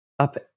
up